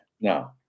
No